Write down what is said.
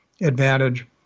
advantage